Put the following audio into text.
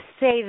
say